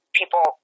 people